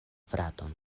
fraton